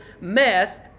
mess